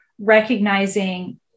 recognizing